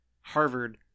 Harvard